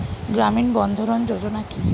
গ্রামীণ বন্ধরন যোজনা কি?